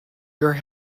your